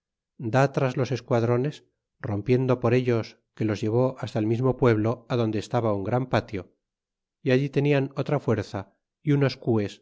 la tras los esquadrones rompiendo por ellos que los llevó hasta el mismo pueblo adonde estaba un gran patio y allí tenian otra fuerza y